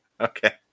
Okay